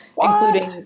including